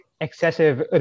excessive